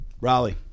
Raleigh